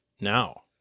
now